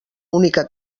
única